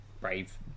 brave